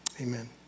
amen